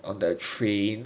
on the train